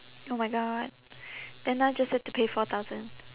oh my god then now just have to pay four thousand